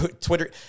Twitter